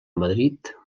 madrid